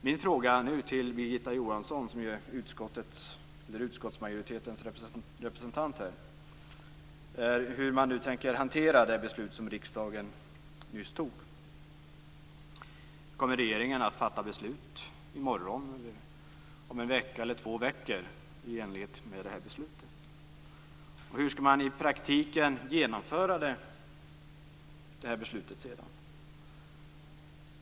Mina frågor till Birgitta Johansson, som är utskottsmajoritetens representant, gäller hur man nu tänker hantera det beslut som riksdagen nyss fattade. Kommer regeringen att fatta beslut i enlighet med riksdagens beslut i morgon, om en vecka eller om två veckor? Hur skall man i praktiken sedan genomföra beslutet?